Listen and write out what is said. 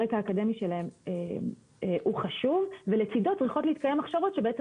הרקע האקדמי שלהם חשוב ולצידו צריכות להתקיים הכשרות שבעצם